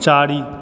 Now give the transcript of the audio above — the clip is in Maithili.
चारि